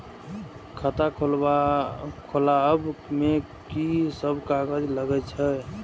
खाता खोलाअब में की सब कागज लगे छै?